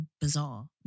bizarre